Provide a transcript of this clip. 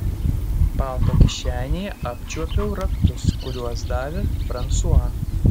palto kišenėje apčiuopiau raktus kuriuos davė fransua